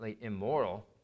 immoral